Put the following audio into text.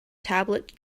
tablet